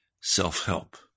self-help